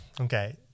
okay